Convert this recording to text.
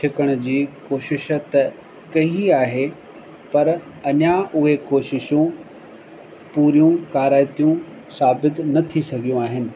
छिकण जी कोशिश त कई आहे पर अञा उहे कोशिशूं पूरियूं काराइतियूं साबितु न थी सघियूं आहिनि